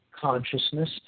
consciousness